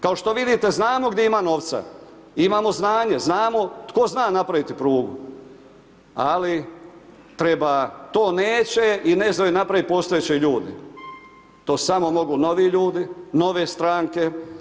Kao što vidite, znamo gdje ima novca, imamo znanje, znamo tko zna napraviti prugu, ali treba, to neće i ne znaju napravit postojeće ljude, to samo mogu novi ljudi, nove stranke.